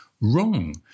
wrong